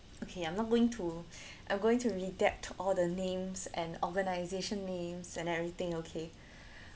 okay I'm not going to I'm going to redact all the names and organisation names and everything okay